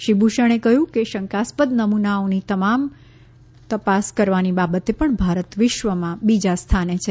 શ્રી ભૂષણે કહ્યું કે શંકાસ્પદ નમૂનાઓની તમામ કરવાની બાબતે પણ ભારત વિશ્વમાં બીજા સ્થાને છે